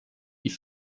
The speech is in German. die